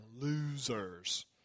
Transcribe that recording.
losers